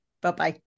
Bye-bye